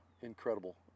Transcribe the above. incredible